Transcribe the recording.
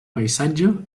paisatge